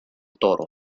toro